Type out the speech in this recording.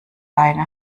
leine